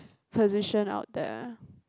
position out there